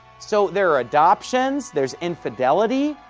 so, there are adoptions, there is infidelity,